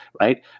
right